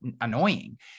annoying